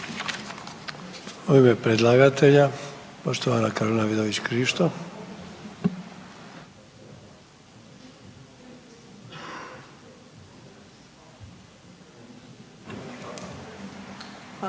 U ime predlagatelja poštovana Karolina Vidović Krišto.